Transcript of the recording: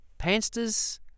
Pansters